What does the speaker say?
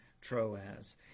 Troas